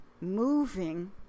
moving